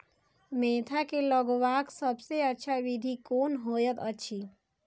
Mentha के लगवाक सबसँ अच्छा विधि कोन होयत अछि?